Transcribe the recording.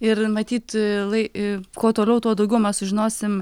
ir matyt lai kuo toliau tuo daugiau mes sužinosim